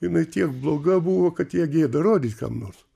jinai tiek bloga buvo kad ją gėda rodyt kam nors